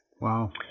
Wow